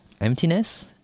Emptiness